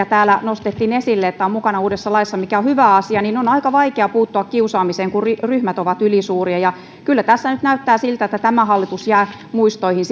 täällä nostettiin esille että kiusaamiseen puuttuminen on mukana uudessa laissa mikä on hyvä asia niin on aika vaikea puuttua kiusaamiseen kun ryhmät ovat ylisuuria kyllä tässä nyt näyttää siltä että tämä hallitus jää muistoihin